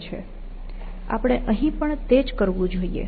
આપણે અહીં પણ તે જ કરવું જોઈએ